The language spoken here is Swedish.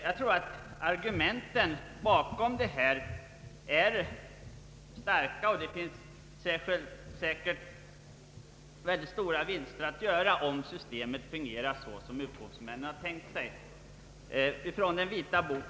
Jag tror att argumenten bakom förslaget är starka, och det finns säkert stora vinster att göra om systemet fungerar såsom upphovsmännen har tänkt sig.